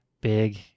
big